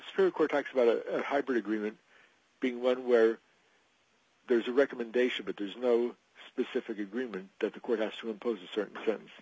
for court talks about a hybrid agreement being one where there's a recommendation but there is no specific agreement that the court has to impose a certain sense